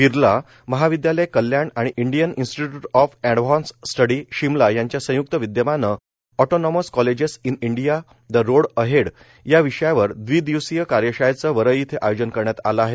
बिर्ला महाविदयालय कल्याण आणि Indian institute of advanced study Shimla यांच्या संयुक्त विद्यमाने autonomous colleges in India the road ahead या विषयावर दवी दिवसीय कार्यशाळेचे वरळी इथं आयोजन करण्यात आले आहे